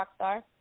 Rockstar